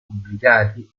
pubblicati